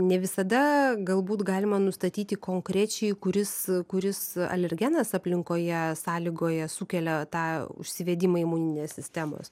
ne visada galbūt galima nustatyti konkrečiai kuris kuris alergenas aplinkoje sąlygoja sukelia tą užsivedimą imuninės sistemos